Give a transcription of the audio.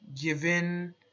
given